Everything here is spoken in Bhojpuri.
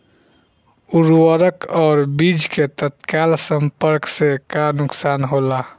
उर्वरक और बीज के तत्काल संपर्क से का नुकसान होला?